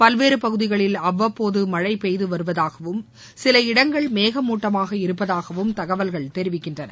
பல்வேறு பகுதிகளில் அவ்வப்போது மழை பெய்து வருவதாகவும் சில இடங்களில் மேகமூட்டமாக இருப்பதாகவும் தகவல்கள் தெரிவிக்கின்றன